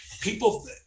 people